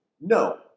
No